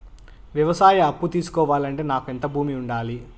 వ్యవసాయ అప్పు తీసుకోవాలంటే నాకు ఎంత భూమి ఉండాలి?